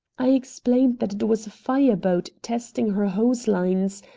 i explained that it was a fire-boat testing her hose-lines,